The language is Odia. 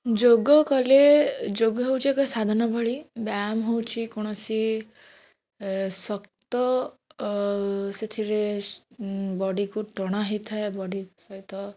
ଯୋଗ କଲେ ଯୋଗ ହେଉଛି ଏକ ସାଧନା ଭଳି ବ୍ୟାୟାମ ହେଉଛି କୌଣସି ଶକ୍ତ ସେଥିରେ ବଡି଼କୁ ଟଣା ହେଇଥାଏ ବଡି଼ ସହିତ